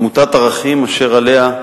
עמותת "ערכים", אשר עליה,